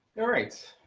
alright.